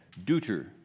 Deuter